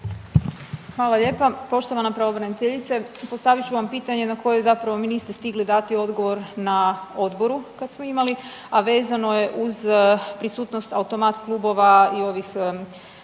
Hvala lijepa. Poštovana pravobraniteljice, postavit ću vam pitanje na koje zapravo mi niste stigli dati odgovor na odboru, kad smo imali, a vezano je uz prisutnost automat klubova i ovih